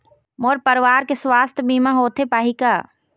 मोर परवार के सुवास्थ बीमा होथे पाही का?